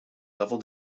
level